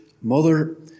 mother